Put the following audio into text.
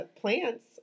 plants